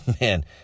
man